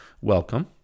welcome